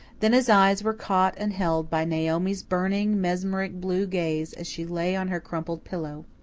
then his eyes were caught and held by naomi's burning mesmeric, blue gaze as she lay on her crumpled pillow.